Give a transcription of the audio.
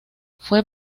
fue